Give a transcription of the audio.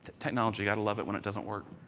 technology i love it when it does not work.